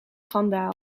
schandaal